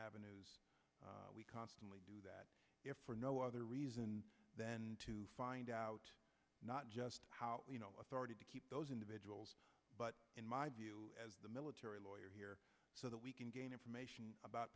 avenues we constantly do that if for no other reason than to find out not just how authority to keep those individuals but in my view as the military lawyer here so that we can gain information about